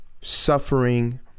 suffering